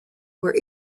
were